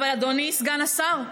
אבל אדוני סגן השר,